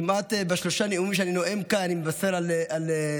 כמעט בשלושה נאומים שאני נואם כאן אני מבשר על פיגועים,